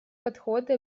подходы